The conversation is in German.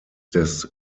des